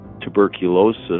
tuberculosis